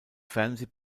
fernsehen